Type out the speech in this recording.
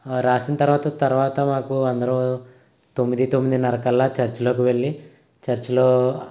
రాసిన తర్వాత తర్వాత మాకు అందరూ తొమ్మిది తొమ్మిదిన్నర కల్లా చర్చ్ లోకి వెళ్లి చర్చిలో